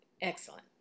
excellent